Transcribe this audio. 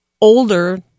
older